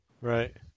Right